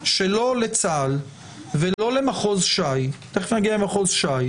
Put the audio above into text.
שלא לצה"ל ולא למחוז ש"י תיכף אני אגיע למחוז ש"י